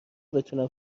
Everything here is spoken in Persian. بتونن